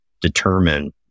determine